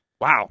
wow